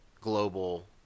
global